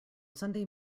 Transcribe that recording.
sunday